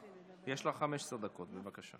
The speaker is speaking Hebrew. יש לך 15 דקות, בבקשה.